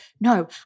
no